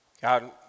God